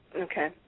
Okay